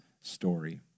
story